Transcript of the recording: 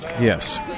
yes